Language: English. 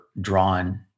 drawn